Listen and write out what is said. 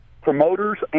promoters